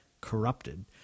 corrupted